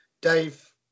Dave